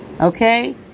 Okay